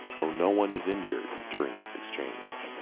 though no one is injured during this exchange.